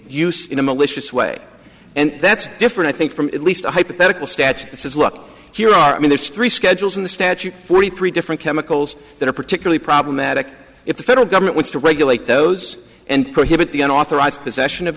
use in a malicious way and that's different i think from at least a hypothetical statute that says look here i mean there's three schedules in the statute forty three different chemicals that are particularly problematic if the federal government wants to regulate those and prohibit the unauthorized possession of